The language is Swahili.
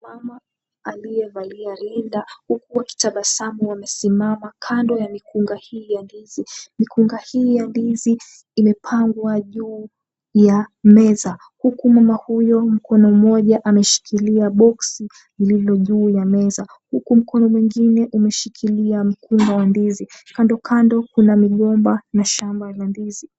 Mama aliyevalia rinda huku wakitabasamu wamesimama kando ya mikunga hii ya ndizi. Mikunga hii ya ndizi imepangwa juu ya meza huku mama huyo mkono mmoja ameshikilia boksi lililo juu ya meza huku mkono mwingine mkono mwingine umeshikilia mkunga wa ndizi. Kando kando kuna migomba ya shamba la ndizi.